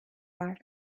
var